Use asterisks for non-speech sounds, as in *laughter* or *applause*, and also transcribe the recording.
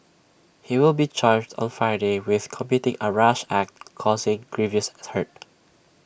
he will be charged on Friday with committing A rash act causing grievous hurt *noise*